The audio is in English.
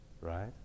right